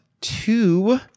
two